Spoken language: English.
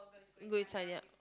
go and sign up